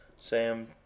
Sam